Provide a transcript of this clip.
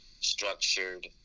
structured